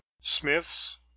smith's